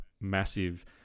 massive